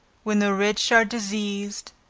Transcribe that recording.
when the rich are diseased,